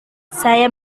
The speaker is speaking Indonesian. saya